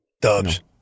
Dubs